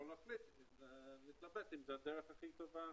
אפשר להחליט או להתלבט אם זו הדרך הכי טובה